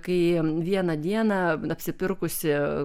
kai vieną dieną apsipirkusi